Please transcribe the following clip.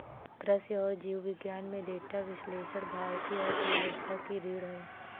कृषि और जीव विज्ञान में डेटा विश्लेषण भारतीय अर्थव्यवस्था की रीढ़ है